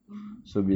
mmhmm